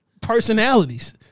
personalities